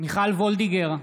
מיכל וולדיגר,